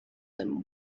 them